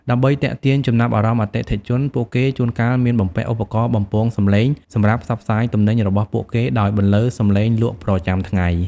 ដើម្បីទាក់ទាញចំណាប់អារម្មណ៍អតិថិជន ពួកគេជួនកាលមានបំពាក់ឧបករណ៍បំពងសំឡេងសម្រាប់ផ្សព្វផ្សាយទំនិញរបស់ពួកគេ ដោយបន្លឺសំឡេងលក់ប្រចាំថ្ងៃ។